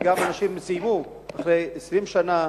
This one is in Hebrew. אנשים סיימו אחרי 20 שנה,